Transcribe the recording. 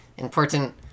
Important